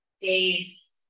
days